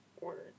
Word